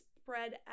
spread